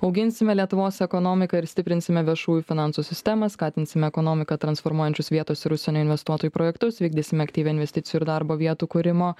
auginsime lietuvos ekonomiką ir stiprinsime viešųjų finansų sistemą skatinsim ekonomiką transformuojančius vietos ir užsienio investuotojų projektus vykdysime aktyvią investicijų ir darbo vietų kūrimo